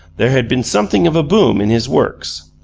there had been something of a boom in his works.